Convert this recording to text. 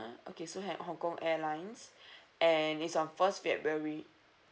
okay so have hong kong airlines and is on first february